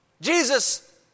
Jesus